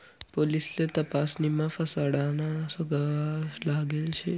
पोलिससले तपासणीमा फसाडाना सुगावा लागेल शे